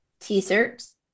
T-shirts